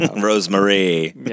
rosemary